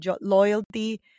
loyalty